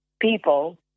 people